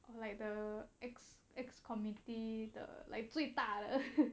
or like the ex ex committee the like 最大的